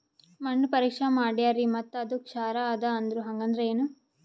ಮಣ್ಣ ಪರೀಕ್ಷಾ ಮಾಡ್ಯಾರ್ರಿ ಮತ್ತ ಅದು ಕ್ಷಾರ ಅದ ಅಂದ್ರು, ಹಂಗದ್ರ ಏನು?